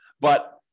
But-